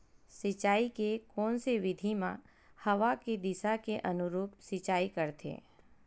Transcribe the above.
सिंचाई के कोन से विधि म हवा के दिशा के अनुरूप सिंचाई करथे?